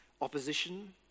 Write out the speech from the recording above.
opposition